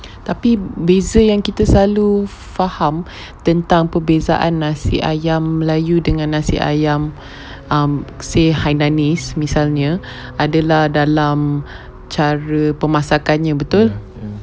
tapi beza yang kita selalu faham tentang perbezaan nasi ayam melayu dengan nasi ayam um say hainanese misalnya adalah dalam cara permasakannya betul